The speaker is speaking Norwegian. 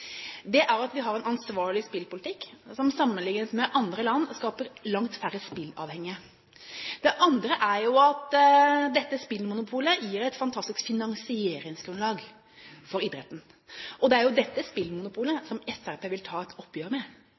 er at vi har en ansvarlig spillpolitikk som sammenlignet med andre land skaper langt færre spillavhengige. Det andre er at dette spillmonopolet gir et fantastisk finansieringsgrunnlag for idretten. Og det er jo dette spillmonopolet Fremskrittspartiet vil ta et oppgjør med.